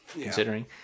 considering